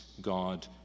God